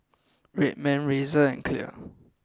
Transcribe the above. Red Man Razer and Clear